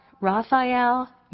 Raphael